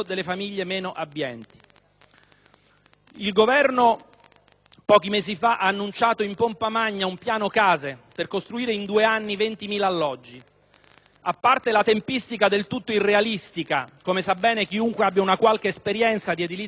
Il Governo, pochi mesi fa, ha annunciato in pompa magna un Piano casa per costruire in due anni 20.000 alloggi. A parte la tempistica del tutto irrealistica, come sa bene chiunque abbia una qualche esperienza di edilizia pubblica o convenzionata;